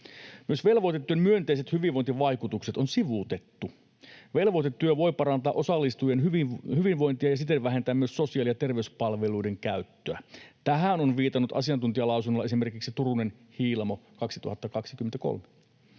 Myös velvoitetyön myönteiset hyvinvointivaikutukset on sivuutettu. Velvoitetyö voi parantaa osallistujien hyvinvointia ja siten vähentää myös sosiaali- ja terveyspalveluiden käyttöä. Tähän ovat viitanneet asiantuntijalausunnolla esimerkiksi Turunen ja Hiilamo 2023.